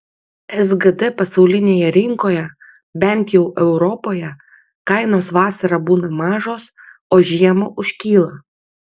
sgd pasaulinėje rinkoje bent jau europoje kainos vasarą būna mažos o žiemą užkyla